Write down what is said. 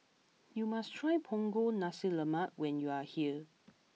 you must try Punggol Nasi Lemak when you are here